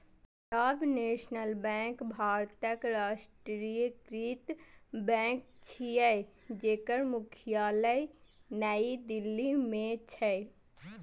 Punjab National Bank भारतक राष्ट्रीयकृत bank छियै, जेकर मुख्यालय नई दिल्ली मे छै